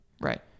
Right